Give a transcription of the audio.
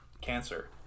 cancer